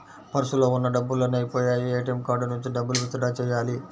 పర్సులో ఉన్న డబ్బులన్నీ అయ్యిపొయ్యాయి, ఏటీఎం కార్డు నుంచి డబ్బులు విత్ డ్రా చెయ్యాలి